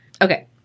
Okay